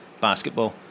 basketball